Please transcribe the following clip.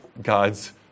God's